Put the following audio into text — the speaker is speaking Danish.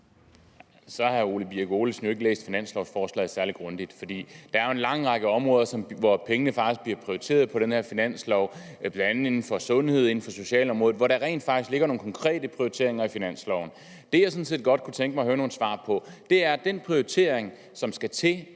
Så har hr. Ole Birk Olesen jo ikke læst finanslovforslaget særlig grundigt, for der er jo en lang række områder i det her forslag, hvor pengene faktisk bliver prioriteret. Det er bl.a. inden for sundhed og på socialområdet. Der ligger rent faktisk nogle konkrete prioriteringer i finansloven. Det, jeg sådan set godt kunne tænke mig at høre nogle svar på, er om den prioritering, som skal til,